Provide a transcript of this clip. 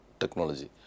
technology